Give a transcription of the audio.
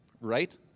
right